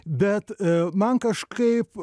bet man kažkaip